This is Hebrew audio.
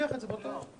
ותרוויח את זה באותו יום.